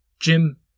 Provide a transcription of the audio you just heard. Jim